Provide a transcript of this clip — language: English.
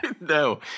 No